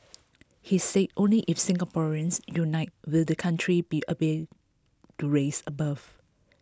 he said only if Singaporeans unite will the country be able to rise above